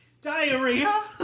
Diarrhea